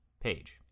page